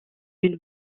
une